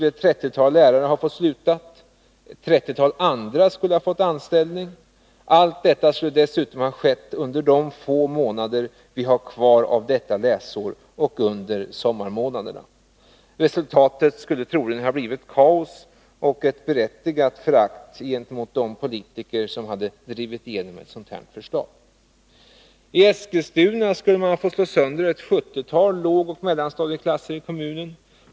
Ett trettiotal lärare skulle ha fått sluta och ett trettiotal andra skulle fått anställning. Allt skulle dessutom ske under de få månader som återstår av läsåret och under sommarmånaderna. Resultatet skulle troligen ha blivit kaos och ett berättigat förakt för de politiker som drivit igenom förslaget. T Eskilstuna skulle man ha varit tvungen att slå sönder ett sjuttiotal lågoch mellanstadieklasser.